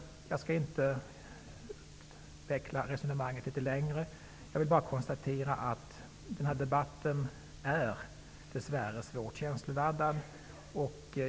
Jag skall inte utveckla resonemanget längre, utan vill bara konstatera att den här debatten dess värre är svårt känsloladdad.